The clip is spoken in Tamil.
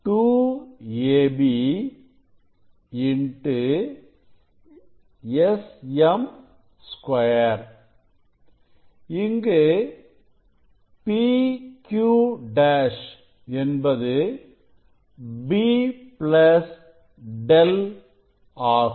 S2m இங்கு PQ' என்பது b Δ ஆகும்